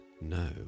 no